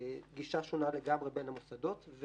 גישה שונה לגמרי בין המוסדות.